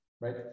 right